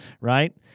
Right